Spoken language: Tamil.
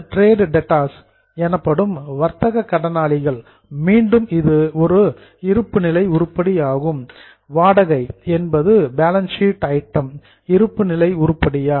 டிரேட் டெப்ட்டார்ஸ் வர்த்தக கடனாளிகள் மீண்டும் இது ஒரு இருப்புநிலை உருப்படியாகும் ரெண்ட் வாடகை என்பது பேலன்ஸ் ஷீட் ஐட்டம் இருப்பு நிலை உருப்படியா